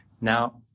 Now